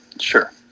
sure